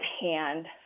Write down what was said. hand